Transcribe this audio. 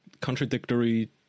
contradictory